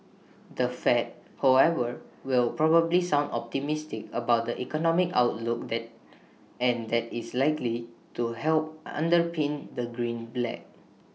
the fed however will probably sound optimistic about the economic outlook that and that is likely to help underpin the greenback